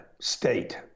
state